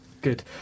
good